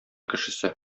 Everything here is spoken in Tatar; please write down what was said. кешесе